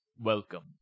Welcome